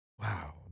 Wow